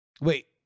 Wait